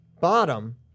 bottom